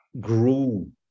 grew